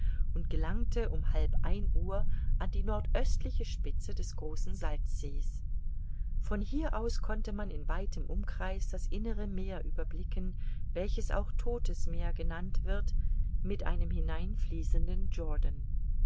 und gelangte um halb ein uhr an die nordöstliche spitze des großen salzsees von hier aus konnte man in weitem umkreis das innere meer überblicken welches auch todtes meer genannt wird mit einem hineinfließenden